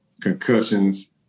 concussions